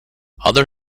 other